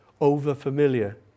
over-familiar